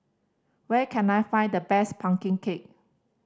where can I find the best pumpkin cake